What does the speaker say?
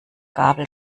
gabel